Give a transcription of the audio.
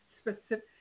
specific